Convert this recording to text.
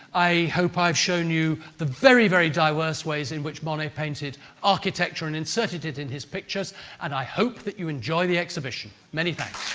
i hope i've shown you the very, very diverse ways in which monet painted architecture and inserted it in his pictures and i hope that you enjoy the exhibition, many thanks.